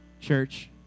church